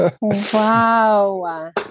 Wow